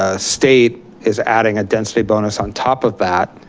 ah state is adding a density bonus on top of that,